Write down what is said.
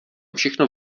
všechno